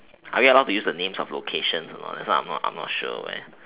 are we allowed to use the names of locations or not that's what I'm not I'm not sure eh